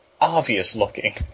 obvious-looking